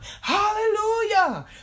Hallelujah